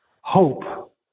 hope